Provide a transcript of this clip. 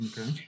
Okay